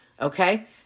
Okay